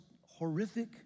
horrific